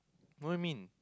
what you mean